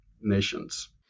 nations